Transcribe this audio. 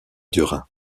dura